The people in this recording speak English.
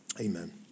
Amen